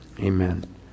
Amen